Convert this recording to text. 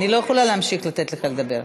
אני לא יכולה להמשיך לתת לך לדבר.